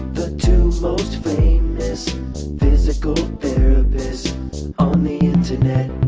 the two most famous physical therapist on the internet